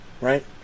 right